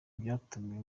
byatumye